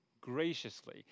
graciously